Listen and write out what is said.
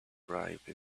bribe